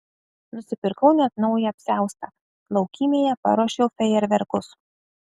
nusipirkau net naują apsiaustą laukymėje paruošiau fejerverkus